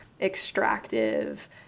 extractive